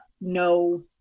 no